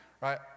right